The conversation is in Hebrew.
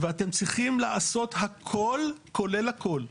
ואתם צריכים לעשות הכול כולל הכול,